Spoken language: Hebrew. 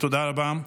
תודה רבה.